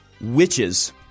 witches